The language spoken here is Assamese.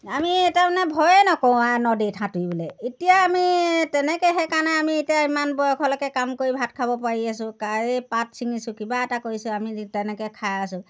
আমি তাৰমানে ভয়েই নকৰোঁ আৰু নদীত সাঁতুৰিবলৈ এতিয়া আমি তেনেকৈ সেইকাৰণে আমি এতিয়া ইমান বয়সলৈকে কাম কৰি ভাত খাব পাৰি আছোঁ কাই পাত ছিঙিছোঁ কিবা এটা কৰিছোঁ আমি তেনেকৈ খাই আছোঁ